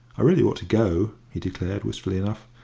i really ought to go, he declared, wistfully enough.